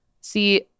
see